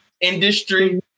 Industry